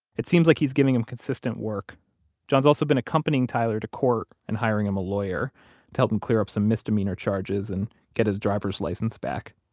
it seems like he's giving him consistent work john's also been accompanying tyler to court and hiring him a lawyer to help him clear up some misdemeanor charges and get his driver's license back.